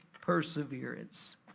perseverance